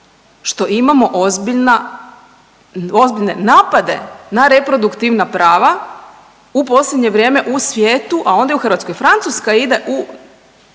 što imamo ozbiljne napade na reproduktivna prava u posljednje vrijeme u svijetu, a onda i u Hrvatskoj. Francuska ide u